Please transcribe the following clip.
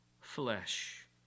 flesh